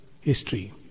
history